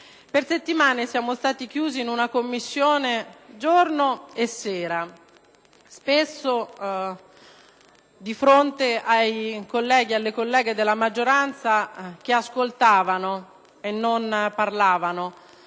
Per settimane siamo stati chiusi in una Commissione, giorno e sera, spesso di fronte a colleghi e colleghe della maggioranza che ascoltavano e non parlavano.